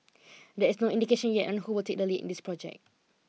there is no indication yet on who will take the lead in this project